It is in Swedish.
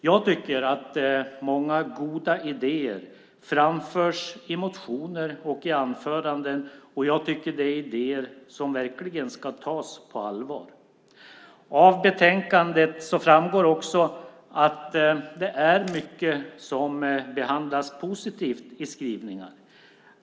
Jag tycker att många goda idéer framförs i motioner och anföranden. Jag tycker att det är idéer som verkligen ska tas på allvar. Av betänkandet framgår också att det är mycket som behandlas i positiva skrivningar.